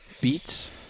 Beets